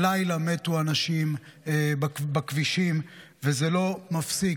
הלילה מתו אנשים בכבישים, וזה לא מפסיק.